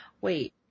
wait